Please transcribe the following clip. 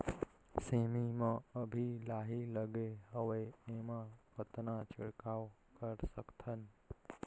सेमी म अभी लाही लगे हवे एमा कतना छिड़काव कर सकथन?